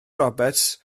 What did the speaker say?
roberts